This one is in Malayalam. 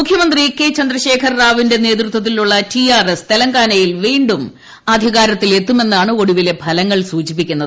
മുഖ്യമന്ത്രി കെ ചന്ദ്രശേഖർ റാവുവിന്റെ നേതൃത്വത്തിലുള്ള ടി ആർ എസ് തെലങ്കാനയിൽ വീണ്ടും അധികാരത്തിൽ എത്തുമെന്നാണ് ഒടുവിലെ ഫലങ്ങൾ സൂചിപ്പിക്കുന്നത്